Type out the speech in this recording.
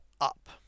up